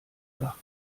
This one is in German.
dach